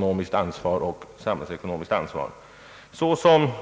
lång sikt påverkar företagens handlande.